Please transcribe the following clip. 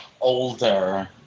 older